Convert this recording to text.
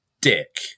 dick